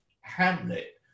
Hamlet